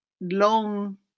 long